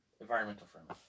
environmental-friendly